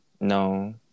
No